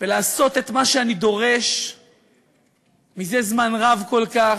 ולעשות את מה שאני דורש זה זמן רב כל כך,